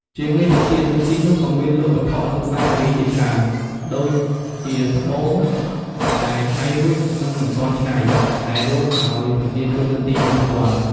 ជាងនេះទៅទៀត នៅទីនោះក៏មានលក់វត្ថុអនុស្សាវរីយ៍ជាច្រើន ដូចជាត្បូងដែលឆ្នៃរួច និងមិនទាន់ឆ្នៃ ដែលរកដោយប្រជាជននៅទីនោះផ្ទាល់ ។